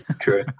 true